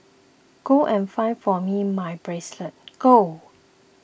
go and find for me my bracelet go